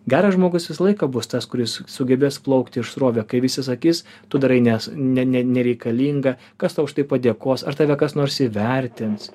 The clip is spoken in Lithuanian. geras žmogus visą laiką bus tas kuris sugebės plaukt iš srove kai visi sakys tu darai nes ne ne nereikalinga kas už tai padėkos ar tave kas nors įvertins